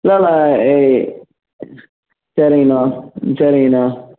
இல்லை இல்லை எ சரிங்கண்ணா ம் சரிங்கண்ணா